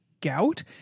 gout